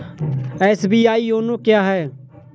SBI YONO क्या है?